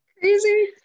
crazy